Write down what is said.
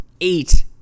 eight